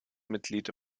mitglied